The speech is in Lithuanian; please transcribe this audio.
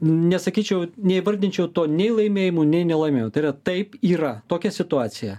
nesakyčiau neįvardinčiau to nei laimėjimu nei nelaimėju tai yra taip yra tokia situacija